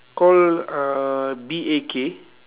call uh B A K